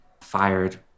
fired